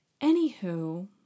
Anywho